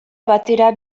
batera